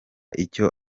icyo